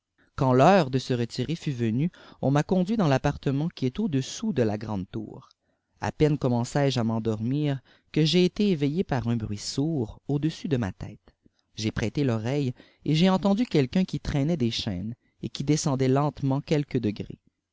quand l'heure de se retirer fut venue on m a conduit dans l'appartement qui est au-dessous de la grande tour a peine commençai je à m endormir que j'ai été éveillé par un bruit sourd au-dessus de ma tète j'ai prêté l'oreille el j'ai entendu quelqu'un qui traînait des chaînes et qui descendait lentement quelques degrés